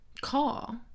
call